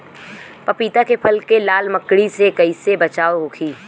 पपीता के फल के लाल मकड़ी से कइसे बचाव होखि?